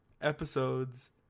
episodes